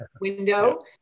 window